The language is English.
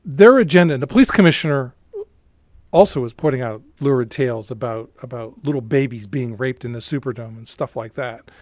their agenda and the police commissioner also was putting out lurid tales about about little babies being raped in the superdome and stuff like that.